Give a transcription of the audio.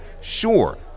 sure